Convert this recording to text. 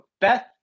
Beth